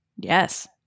yes